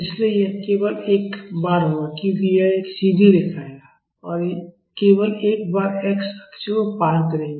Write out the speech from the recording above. इसलिए यह केवल एक बार होगा क्योंकि यह एक सीधी रेखा है और यह केवल एक बार x अक्ष को पार करेगी